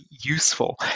useful